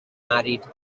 married